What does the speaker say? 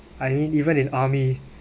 I mean even in army